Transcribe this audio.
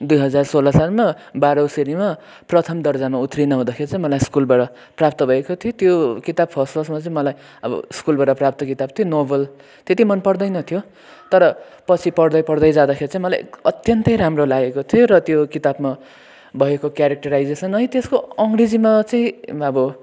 दुई हजार सोह्र सालमा बाह्रौँ श्रेणीमा प्रथम दर्जामा उतिर्ण हुँदाखेरि चाहिँ मलाई स्कुलबाट प्राप्त भएको थियो त्यो किताब फर्स्ट फर्स्टमा चाहिँ मलाई अब स्कुलबाट प्राप्त किताब थियो नोभल त्यति मन पर्दैन थियो तर पछि पढ्दै पढ्दै जाँदाखेरि मलाई एक् अत्यन्तै राम्रो लागेको थियो र त्यो किताबमा भएको क्यारेक्टराइजेसन है त्यस्को अङ्ग्रेजीमा चाहिँ अब